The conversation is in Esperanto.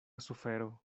sufero